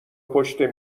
پشت